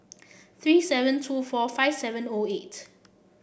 three seven two four five seven O eight